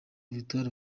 victor